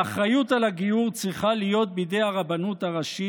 האחריות על הגיור צריכה להיות בידי הרבנות הראשית,